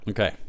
Okay